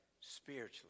spiritually